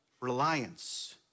reliance